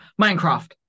Minecraft